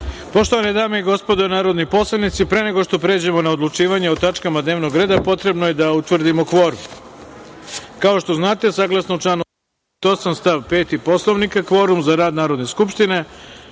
godini. Poštovane dame i gospodo narodni poslanici, pre nego što pređemo na odlučivanje o tačkama dnevnog reda potrebno je da utvrdimo kvorum. Kao što znate, saglasno članu 88. stav 5. Poslovnika kvorum za rad Narodne skupštine